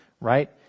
Right